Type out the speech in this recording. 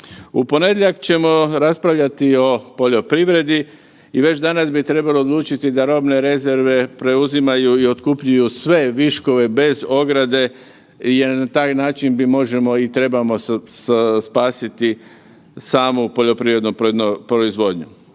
U ponedjeljak ćemo raspravljati o poljoprivredi i već danas bi trebalo odlučiti da robne rezerve preuzimaju i otkupljuju sve viškove bez ograde jer na taj način bi možemo i trebamo spasiti samu poljoprivrednu proizvodnju.